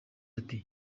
ati